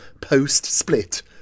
post-split